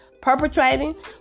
perpetrating